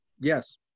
Yes